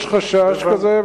יש חשש כזה,